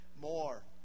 more